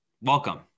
Welcome